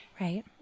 right